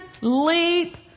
leap